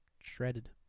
shredded